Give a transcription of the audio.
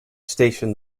station